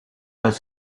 pas